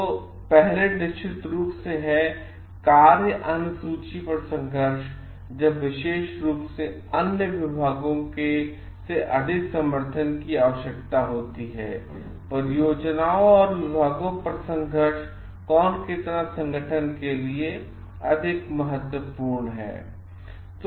तो पहले निश्चित रूप से है कार्य अनुसूची पर संघर्ष जब विशेष रूप से अन्य विभागों से अधिक समर्थन की आवश्यकता होती है परियोजनाओं और विभागों पर संघर्ष कौन कितना संगठन के लिए अधिक महत्वपूर्ण हैं